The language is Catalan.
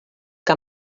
que